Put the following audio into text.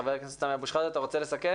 חבר הכנסת סמי אבו שחאדה, אתה רוצה לסכם?